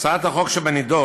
הצעת החוק שבנדון,